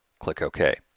click ok,